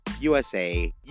USA